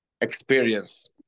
Experience